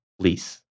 please